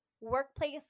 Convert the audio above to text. Workplace